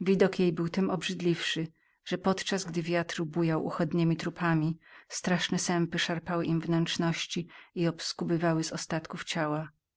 widok ten był tem obrzydliwszy że podczas gdy wiatr bujał ohydnemi trupami straszne sępy szarpały im wnętrzności i oskubywały z ostatków ciała